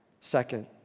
Second